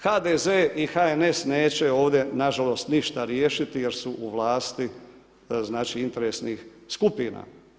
HDZ i HNS neće ovdje nažalost ništa riješiti jer su u vlasti interesnih skupina.